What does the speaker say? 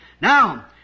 Now